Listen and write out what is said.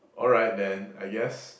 alright then I guess